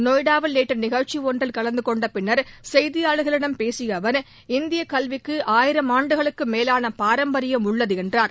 நொப்டாவில் நேற்று நிகழ்ச்சி ஒன்றில் கலந்து கொண்ட பின்னர் செயதியாளர்களிடம் பேசிய அவர் இந்தியக் கல்விக்கு ஆயிரம் ஆண்டுகளுக்கு மேலான பாரம்பரியம் உள்ளது என்றார்